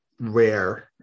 rare